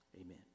Amen